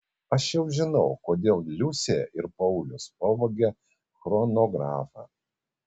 aš jau žinau kodėl liusė ir paulius pavogė chronografą